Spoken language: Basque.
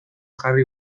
jarri